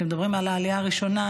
כשמדברים על העלייה הראשונה,